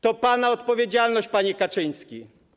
To pana odpowiedzialność, panie Kaczyński.